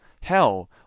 Hell